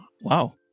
wow